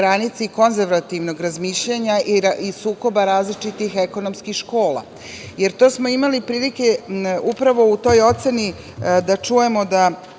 granici konzervativnog razmišljanja i sukoba različitih ekonomskih škola. To smo imali prilike upravo u toj oceni da čujemo da